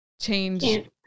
change